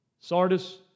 Sardis